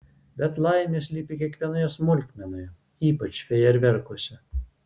bet laimė slypi kiekvienoje smulkmenoje ypač fejerverkuose